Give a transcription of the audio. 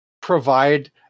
provide